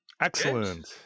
Excellent